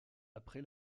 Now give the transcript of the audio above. après